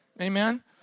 Amen